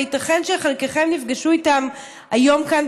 וייתכן שחלקכם נפגשו איתם היום כאן,